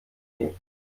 nicht